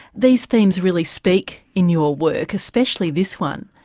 these themes really speak in your work, especially this one.